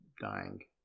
dying